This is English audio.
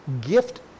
gift